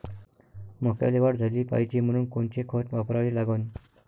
मक्याले वाढ झाली पाहिजे म्हनून कोनचे खतं वापराले लागन?